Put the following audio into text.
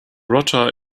rota